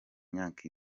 imyaka